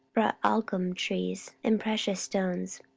brought algum trees and precious stones.